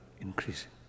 increasing